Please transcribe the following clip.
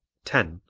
ten.